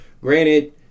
Granted